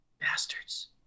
Bastards